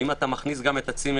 אם אתה מכניס גם את הצימרים,